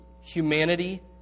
humanity